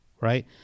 right